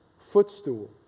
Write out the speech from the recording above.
footstool